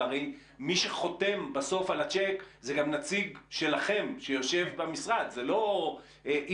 הרי מי שחותם בסוף על הצ'ק זה גם נציג שלכם שיושב במשרד.